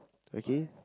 okay